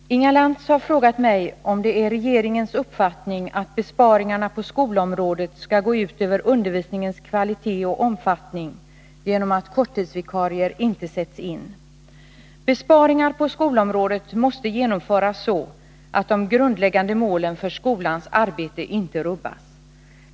Herr talman! Inga Lantz har frågat mig om det är regeringens uppfattning att besparingarna på skolområdet skall gå ut över undervisningens kvalitet och-omfattning genom att korttidsvikarier inte sätts in. Besparingar på skolområdet måste genomföras så att de grundläggande målen för skolans arbete inte rubbas.